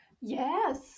yes